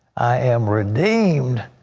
i am redeemed.